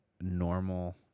normal